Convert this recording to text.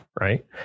Right